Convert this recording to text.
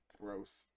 gross